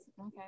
Okay